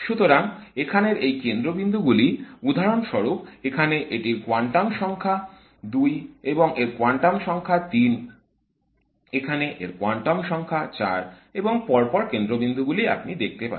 সুতরাং এখানের এই কেন্দ্রবিন্দু গুলি উদাহরণস্বরূপ এখানে এটির কোয়ান্টাম সংখ্যা 2 এবং এর কোয়ান্টাম সংখ্যা 3 এখানে এর কোয়ান্টাম সংখ্যা 4 এবং পরপর কেন্দ্রবিন্দু গুলি আপনি দেখতে পাচ্ছেন